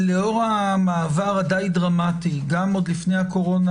לאור המעבר הדי דרמטי גם לפני הקורונה